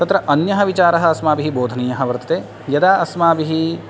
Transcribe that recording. तत्र अन्यः विचारः अस्माभिः बोधनीयः वर्तते यदा अस्माभिः